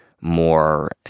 more